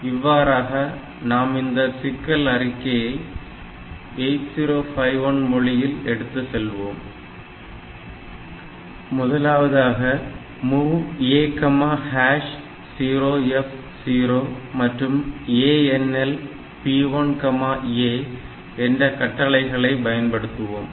இவ்வாறாக நாம் இந்த சிக்கல் அறிக்கையை 8051 மொழியில் எடுத்துச் செல்வோம் முதலாவதாக MOV A0F0 மற்றும் ANL P1A என்ற கட்டளைகளை பயன்படுத்துவோம்